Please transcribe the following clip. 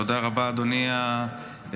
תודה רבה, אדוני היושב-ראש.